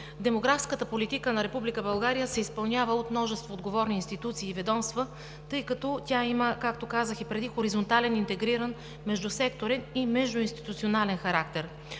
демографската политика на Република България се изпълнява от множество отговорни институции и ведомства, тъй като тя има, както казах и преди, хоризонтален, интегриран, междусекторен и междуинституционален характер.